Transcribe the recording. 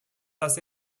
dass